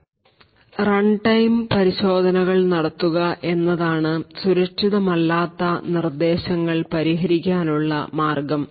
runtime പരിശോധനകൾ നടത്തുക എന്നതാണ് സുരക്ഷിതമല്ലാത്ത നിർദ്ദേശങ്ങൾ പരിഹരിക്കാനുള്ള മാർഗം